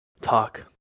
Talk